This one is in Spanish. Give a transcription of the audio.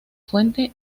fuente